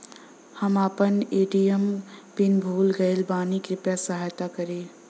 हम आपन ATM pin भूल गईल बानी कृपया सहायता करी